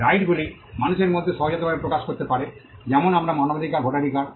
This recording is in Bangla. রাইট গুলি মানুষের মধ্যে সহজাতভাবে প্রকাশ করতে পারে যেমন আমরা মানবাধিকার ভোটাধিকার